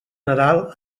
nadal